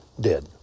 dead